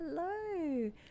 hello